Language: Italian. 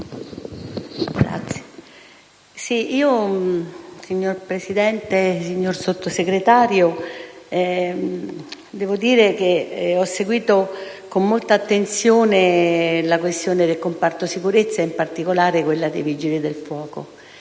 *(PD)*. Signor Presidente, signor Sottosegretario, devo dire che ho seguito con molta attenzione la questione del comparto sicurezza, in particolare quella dei Vigili del fuoco